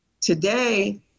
today